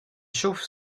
chauves